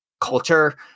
culture